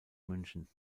münchen